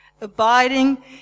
Abiding